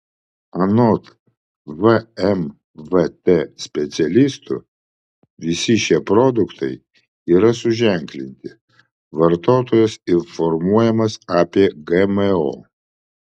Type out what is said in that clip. anot vmvt specialistų visi šie produktai yra suženklinti vartotojas informuojamas apie gmo